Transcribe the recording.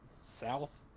south